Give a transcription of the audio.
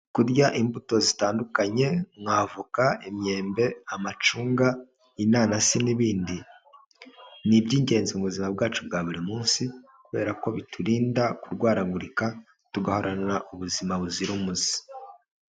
Kurya imbuto zitandukanye nk'avoka, imyembe, amacunga, inanasi n'ibindi, ni iby'ingenzi mu buzima bwacu bwa buri munsi kubera ko biturinda kurwaragurika tugahoranira ubuzima buzira umuze.